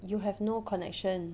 you have no connection